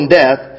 death